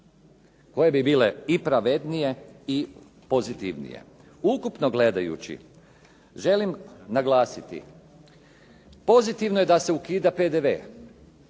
koje bi bile pravednije i pozitivnije. Ukupno gledajući želim naglasiti pozitivno je da se ukida PDV.